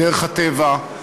בדרך הטבע,